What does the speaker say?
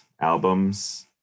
albums